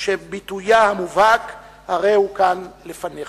שביטויה המובהק הרי הוא כאן לפניך: